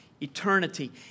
eternity